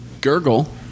Gurgle